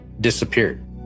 disappeared